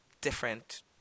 different